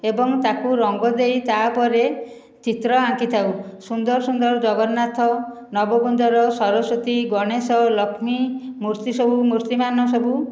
ଏବଂ ତାକୁ ରଙ୍ଗ ଦେଇ ତା'ପରେ ଚିତ୍ର ଆଙ୍କିଥାଉ ସୁନ୍ଦର ସୁନ୍ଦର ଜଗନ୍ନାଥ ନବକୁଞ୍ଜର ସରସ୍ଵତୀ ଗଣେଶ ଲକ୍ଷ୍ମୀ ମୂର୍ତ୍ତି ସବୁ ମୂର୍ତ୍ତିମାନ ସବୁ